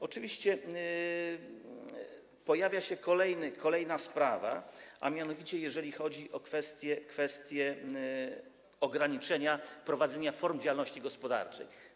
Oczywiście pojawia się kolejna sprawa, a mianowicie, jeżeli chodzi o kwestię ograniczenia prowadzenia form działalności gospodarczej.